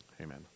Amen